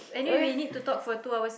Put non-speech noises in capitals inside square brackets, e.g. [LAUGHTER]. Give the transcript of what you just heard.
okay [BREATH]